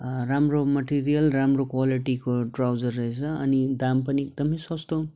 राम्रो मटेरियल राम्रो क्लालिटीको ट्राउजर रहेछ अनि दाम पनि एकदमै सस्तो